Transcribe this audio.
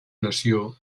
nació